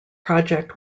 project